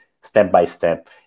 step-by-step